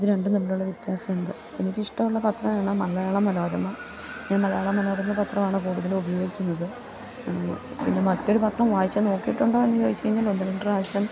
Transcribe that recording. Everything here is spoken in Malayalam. ഇതു രണ്ടും തമ്മിലുള്ള വ്യത്യാസം എന്ത് എനിക്കിഷ്ടമുള്ള പത്രമാണ് മലയാള മനോരമ ഞാൻ മലയാള മനോരമ പത്രമാണു കൂടുതലും ഉപയോഗിക്കുന്നത് പിന്നെ മറ്റൊരു പത്രം വായിച്ചുനോക്കിയിട്ടുണ്ടോ എന്നു ചോദിച്ചുകഴിഞ്ഞാൽ ഉണ്ട് ഒന്നുരണ്ടു പ്രാവശ്യം